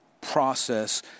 process